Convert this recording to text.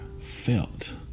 felt